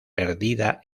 perdida